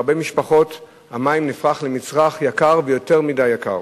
בהרבה משפחות המים הפכו להיות מצרך יקר ויותר מדי יקר.